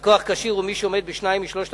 לקוח כשיר הוא מי שעומד בשניים משלושת